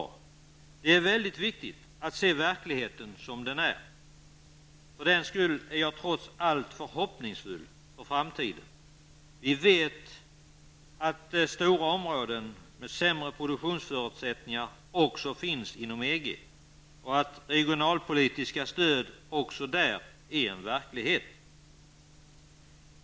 Det är mycket viktigt att se verkligheten som den är. Jag är trots allt förhoppningsfull inför framtiden. Vi vet att stora områden med sämre produktionsförutsättningar också finns inom EG samt att regionalpolitiska stöd också där är en verklighet.